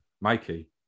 Mikey